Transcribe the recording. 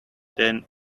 than